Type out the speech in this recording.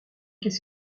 qu’est